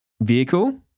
vehicle